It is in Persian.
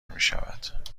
میشود